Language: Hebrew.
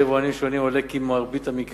אומנם עבר המון